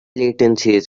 latencies